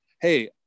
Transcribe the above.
hey